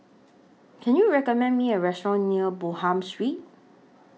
Can YOU recommend Me A Restaurant near Bonham Street